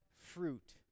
fruit